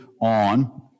on